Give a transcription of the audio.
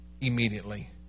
immediately